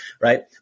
right